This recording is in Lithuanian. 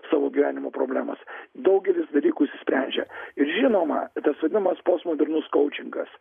savo gyvenimo problemas daugelis dalykų išsisprendžia ir žinoma tas vadinamas postmodernus kaučingas